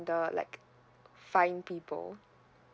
the like fine people